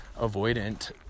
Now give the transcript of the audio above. avoidant